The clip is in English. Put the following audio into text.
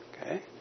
Okay